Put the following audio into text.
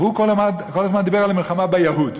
והוא כל הזמן דיבר על המלחמה ביָהוּד,